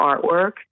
artwork